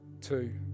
two